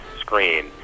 screen